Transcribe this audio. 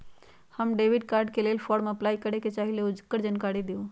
हम debit card के लेल फॉर्म अपलाई करे के चाहीं ल ओकर जानकारी दीउ?